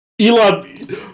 Elon